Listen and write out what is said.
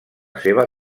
seva